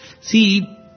See